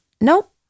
nope